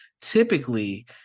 Typically